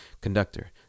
Conductor